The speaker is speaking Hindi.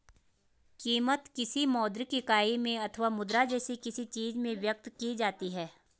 कीमत, किसी मौद्रिक इकाई में अथवा मुद्रा जैसी किसी चीज में व्यक्त की जाती है